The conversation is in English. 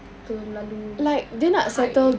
terlalu high